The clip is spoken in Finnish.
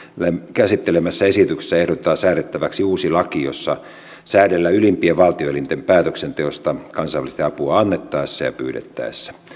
käsittelemässä esityksessä ehdotetaan säädettäväksi uusi laki jossa säädellään ylimpien valtioelinten päätöksenteosta kansainvälistä apua annettaessa ja pyydettäessä